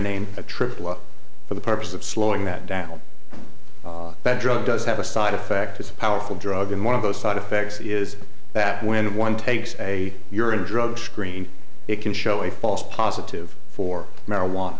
named atripla for the purpose of slowing that down that drug does have a side effect it's a powerful drug and one of those side effects is that when one takes a urine drug screen it can show a false positive for marijuana